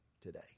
today